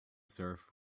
surf